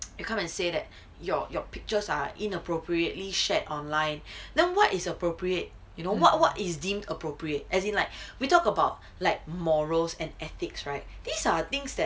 you come and say that your your pictures are inappropriately shared online then what is appropriate you know what what is deemed appropriate as in like we talk about like morals and ethics right these are things that